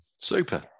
Super